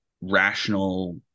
rational